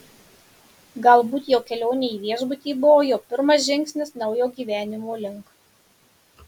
galbūt jo kelionė į viešbutį buvo jo pirmas žingsnis naujo gyvenimo link